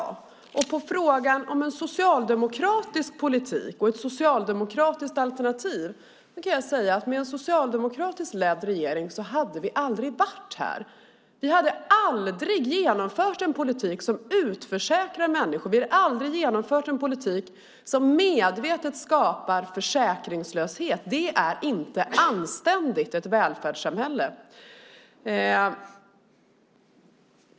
Som ett svar på frågan om en socialdemokratisk politik och ett socialdemokratiskt alternativ kan jag säga att med en socialdemokratiskt ledd regering hade vi aldrig varit där vi nu är. Vi hade aldrig genomfört en politik som utförsäkrar människor. Vi hade aldrig genomfört en politik som medvetet skapar försäkringslöshet. Det är inte anständigt i ett välfärdssamhälle!